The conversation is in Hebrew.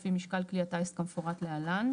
לפי משקל כלי הטיס כמפורט להלן: